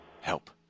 help